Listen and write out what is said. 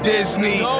Disney